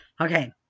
Okay